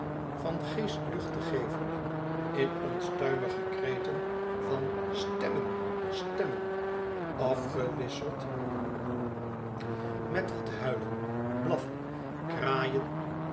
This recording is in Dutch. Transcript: van geest lucht te geven in onstuimige kreten van stemmen stemmen afgewisseld met wat huilen blaffen kraaien